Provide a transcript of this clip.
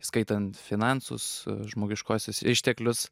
įskaitant finansus žmogiškuosius išteklius